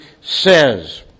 says